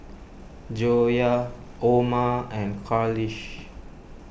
Joyah Omar and Khalish